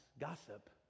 gossip